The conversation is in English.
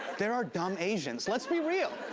there are dumb asians. let's be real.